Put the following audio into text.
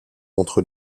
entre